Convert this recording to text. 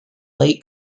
late